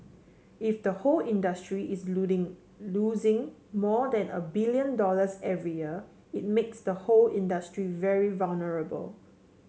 if the whole industry is losing losing more than a billion dollars every year it makes the whole industry very vulnerable